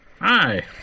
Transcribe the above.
Hi